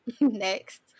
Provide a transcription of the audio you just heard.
next